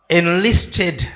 enlisted